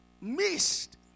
missed